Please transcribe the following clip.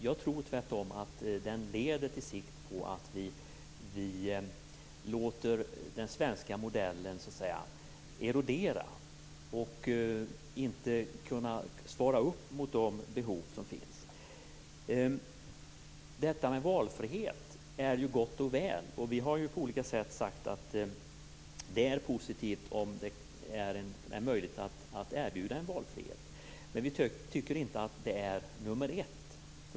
Jag tror tvärtom att den på sikt leder till att vi låter den svenska modellen erodera så att den inte kan svara upp mot de behov som finns. Detta med valfrihet är ju gott och väl. Vi har ju på olika sätt sagt att det är positivt om det är möjligt att erbjuda en valfrihet, men vi tycker inte att det är nummer ett.